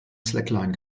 slackline